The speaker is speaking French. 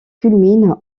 culmine